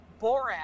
Borat